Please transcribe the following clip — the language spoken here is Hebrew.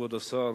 כבוד השר,